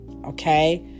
Okay